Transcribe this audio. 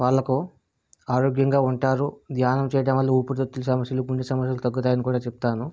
వాళ్లకు ఆరోగ్యంగా ఉంటారు ధ్యానం చేయడం వల్ల ఊపిరితిత్తుల సమస్యలు గుండె సమస్యలు తగ్గుతాయని కూడా చెప్తాను